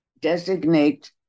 designate